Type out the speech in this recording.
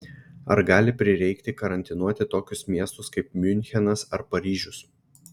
ar gali prireikti karantinuoti tokius miestus kaip miunchenas ar paryžius